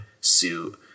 suit